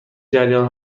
جریان